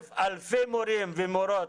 אלפי מורים ומורות,